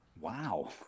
wow